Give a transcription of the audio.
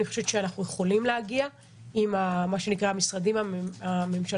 אני חושבת שאנחנו יכולים להגיע עם המשרדים הממשלתיים,